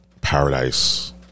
Paradise